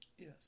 Yes